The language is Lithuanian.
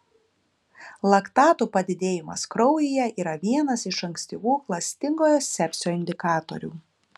laktatų padidėjimas kraujyje yra vienas iš ankstyvų klastingojo sepsio indikatorių